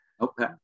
okay